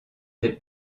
des